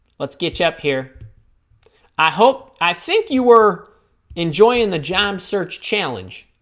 let's get you up here i hope i think you were enjoying the job search challenge